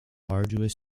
arduous